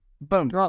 Boom